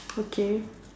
okay